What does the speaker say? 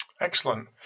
Excellent